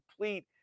complete